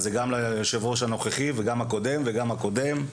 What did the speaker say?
זה גם ליושב-ראש הנוכחי, וגם הקודם, וגם הקודם.